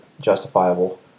justifiable